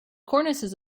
cornices